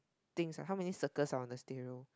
things how many circles on the stereo